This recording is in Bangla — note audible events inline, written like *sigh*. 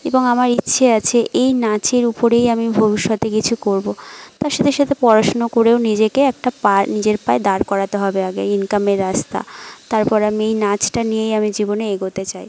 এবং আমার ইচ্ছে আছে এই নাচের উপরেই আমি ভবিষ্যতে কিছু করব তার সাথে সাথে পড়াশুনো করেও নিজেকে একটা পা *unintelligible* নিজের পায়ে দাঁড় করাতে হবে আগে ইনকামের রাস্তা তারপর আমি এই নাচটা নিয়েই আমি জীবনে এগোতে চাই